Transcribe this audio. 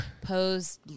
pose